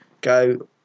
go